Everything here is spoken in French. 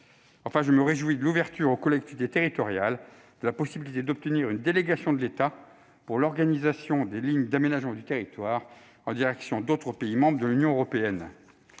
Enfin, je me réjouis de l'ouverture aux collectivités territoriales de la possibilité d'obtenir une délégation de l'État pour l'organisation des lignes d'aménagement du territoire en direction d'autres pays membres de l'Union européenne.